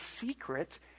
secret